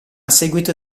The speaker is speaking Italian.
seguito